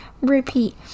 Repeat